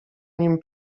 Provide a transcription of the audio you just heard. nim